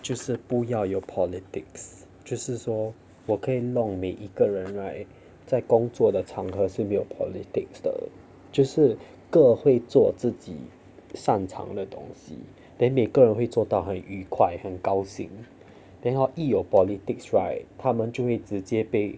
就是不要有 politics 就是说我可以弄每一个人 right 在工作的场合是没有 politics 的就是个会做自己擅长的东西 then 每个人会做到很愉快很高兴 then 一有 politics right 他们就会直接被